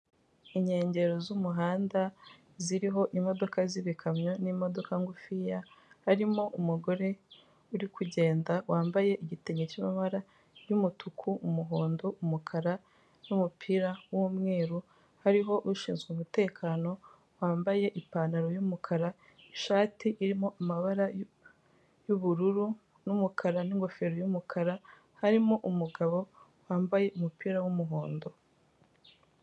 Inkengero z'umuhanda ziriho imodoka z'ibikamyo n'imodoka ngufiya, harimo umugore uri kugenda wambaye igitenge cy'amabara y'umutuku, umuhondo, umukara n'umupira w'umweru, hariho ushinzwe umutekano wambaye ipantalo y'umukara, ishati irimo amabara y'ubururu n'umukara n'ingofero y'umukara, harimo umugabo wambaye umupira w'umuhondo.